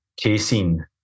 casein